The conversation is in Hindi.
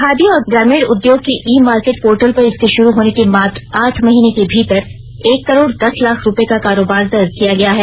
खादी और ग्रामीण उद्योग के ई मार्केट पोर्टल पर इसके शुरू होने के मात्र आठ महीने के भीतर एक करोड दस लाख रुपये का कारोबार दर्ज किया गया है